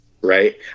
right